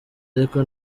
ariko